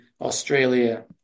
Australia